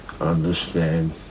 understand